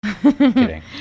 kidding